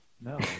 no